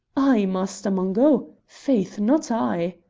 i, master mungo! faith, not i!